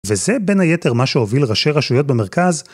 וזה בין היתר מה שהוביל ראשי רשויות במרכז..